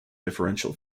differential